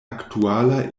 aktuala